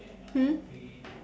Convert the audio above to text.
hmm